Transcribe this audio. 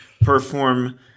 perform